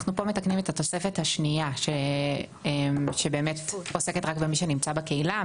אנחנו מתקנים את התוספת השנייה שעוסקת רק במי שנמצא בקהילה.